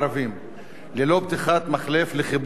ללא פתיחת מחלף לחיבור כפר-כנא לכביש.